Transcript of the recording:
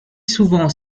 souvent